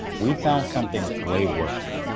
we found something way worse.